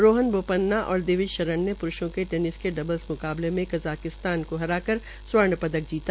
रोहन बोपन्ना और दिविज शरण ने प्रूषों के टेनिस के डबल मुकाबले में कज़ाकिस्तान को हराकर स्वर्ण जीता